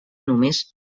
només